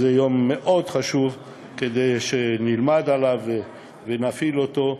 זה יום חשוב מאוד, כדי שנלמד עליו ונפעיל אותו,